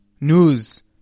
news